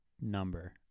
number